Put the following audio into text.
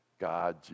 God